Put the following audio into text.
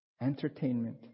Entertainment